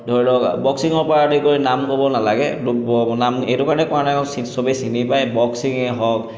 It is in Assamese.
ধৰি লওক বক্সিঙৰ পৰা আদি কৰি নাম ক'ব নেলাগে নাম এইটো কাৰণে কোৱা নাই চবেই চিনি পায় বক্সিঙেই হওক